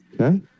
Okay